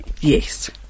Yes